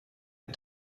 den